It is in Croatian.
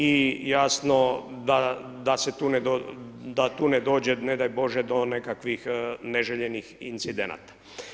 I jasno da se tu ne dođe ne daj Bože do nekakvih neželjenih incidenata.